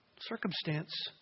circumstance